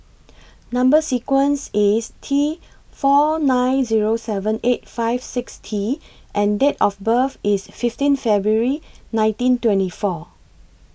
Number sequence IS T four nine Zero seven eight five six T and Date of birth IS fifteen February nineteen twenty four